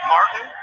Martin